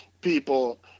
people